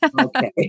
Okay